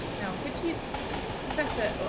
now could you professor